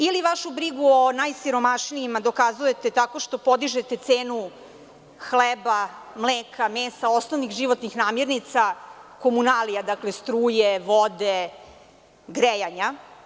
Ili vašu brigu o najsiromašnijima dokazujete tako što podižete cenu hleba, mleka, mesa, osnovnih životnih namirnica, komunalija, struje, vode, grejanja?